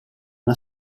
una